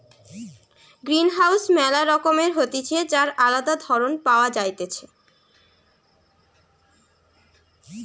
greenhouse ম্যালা রকমের হতিছে যার আলদা ধরণ পাওয়া যাইতেছে